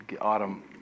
autumn